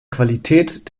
qualität